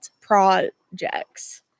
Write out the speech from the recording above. projects